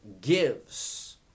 gives